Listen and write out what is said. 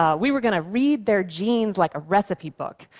um we were going to read their genes like a recipe book,